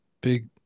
Big